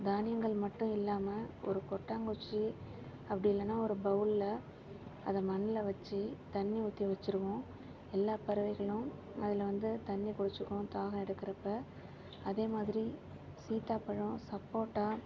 தானியங்கள் மட்டும் இல்லாமல் ஒரு கொட்டாங்குச்சி அப்படி இல்லைன்னா ஒரு பவுலில் அதை மண்ணுல வச்சு தண்ணி ஊற்றி வச்சிருவோம் எல்லா பறவைகளும் அதில் வந்து தண்ணி குடிச்சுக்கும் தாகம் எடுக்கறப்போ அதே மாதிரி சீத்தாப்பழம் சப்போட்டா